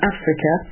Africa